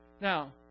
Now